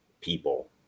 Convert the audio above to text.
people